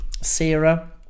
Sarah